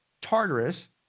Tartarus